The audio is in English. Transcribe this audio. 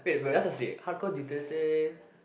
wait but hardcore